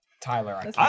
Tyler